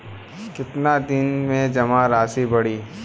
कितना दिन में जमा राशि बढ़ी?